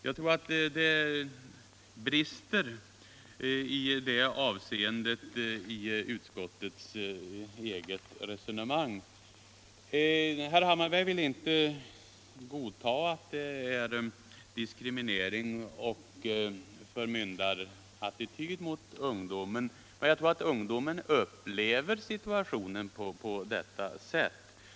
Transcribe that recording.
Jag tror att det brister i det avseendet i utskottets eget resonemang. Herr Hammarberg vill inte godta att det är diskriminering och förmyndarattityd mot ungdomen. Jag tror ungdomen själv upplever situationen på det sättet.